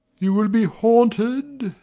you will be haunted,